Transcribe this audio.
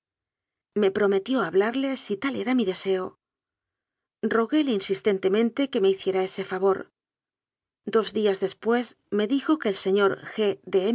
me prometió hablarle si tai era mi deseo roguéle insistentemente que me hiciera ese favor dos días después me dijo que el señor